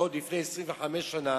עוד לפני 25 שנה.